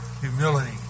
humility